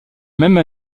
même